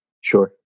Sure